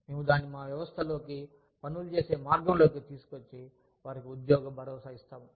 మేము దానిని మా వ్యవస్థల్లోకి పనులు చేసే మార్గం లోకి తీసుకొచ్చి వారికి ఉద్యోగ భరోసా ఇస్తాము